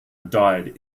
died